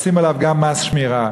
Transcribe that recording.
לשים עליו גם מס שמירה.